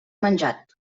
menjat